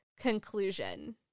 conclusion